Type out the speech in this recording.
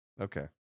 Okay